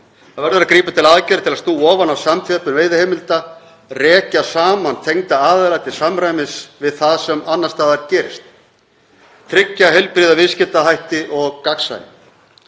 Það verður að grípa til aðgerða til að snúa ofan af samþjöppun veiðiheimilda, rekja saman tengda aðila til samræmis við það sem annars staðar gerist, tryggja heilbrigða viðskiptahætti og gagnsæi.